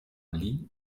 lee